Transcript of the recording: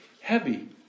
heavy